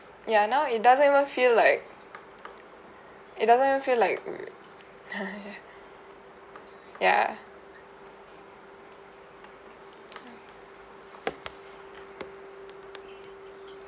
ya now it doesn't even feel like it doesn't even feel like uh ya ya